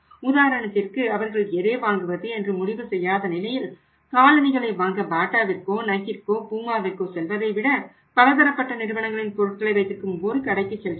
உதாரணத்திற்கு அவர்கள் எதை வாங்குவது என்று முடிவு செய்யாத நிலையில் காலணிகளை வாங்க பாட்டாவிற்கோ நைக்கிற்கோ பூமாவிற்கோ செல்வதை விட பலதரப்பட்ட நிறுவனங்களின் பொருட்களை வைத்திருக்கும் ஒரு கடைக்குச் செல்கிறார்கள்